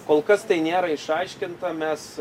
kol kas tai nėra išaiškinta mes